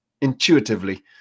intuitively